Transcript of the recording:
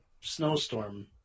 snowstorm